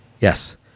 Yes